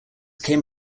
came